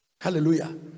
Hallelujah